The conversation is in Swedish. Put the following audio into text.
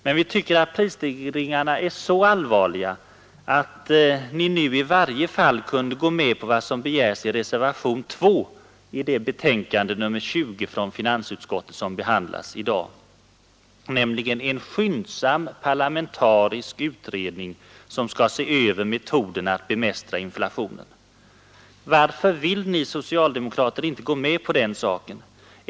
Men vi tycker att prisstegringarna är så allvarliga att ni nu i varje fall kunde gå med på vad som begärs i reservation 2 till det betänkande nr 20 från finansutskottet som behandlas i dag, nämligen en skyndsam parlamentarisk utredning som skall se över metoderna att bemästra inflationen. Varför vill ni socialdemokrater inte gå med på en sådan utredning?